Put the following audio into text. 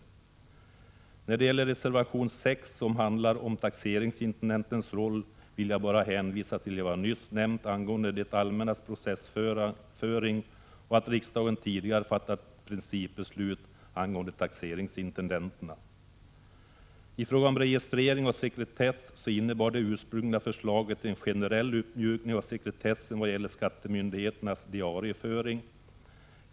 16 december 1986 När det gäller reservation nr 6, som handlar om taxeringsintendentenssrlly ZH vill jag bara hänvisa till vad jag nyss nämnt angående det allmännas processföring och till att riksdagen tidigare fattat principbeslut angående taxeringsintendenterna. I frågan om registrering och sekretess innebar det ursprungliga förslaget en generell uppmjukning av sekretessen när det gäller skattemyndigheternas diarieföring.